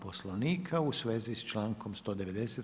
Poslovnika u svezi s člankom 190.